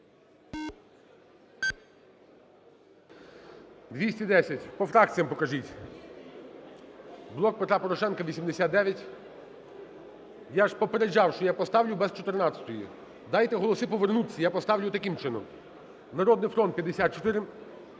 210. По фракціям покажіть. "Блок Петра Порошенка" – 89. Я ж попереджав, що я поставлю без 14-ї. Дайте голоси повернутися, я поставлю таким чином. "Народний фронт"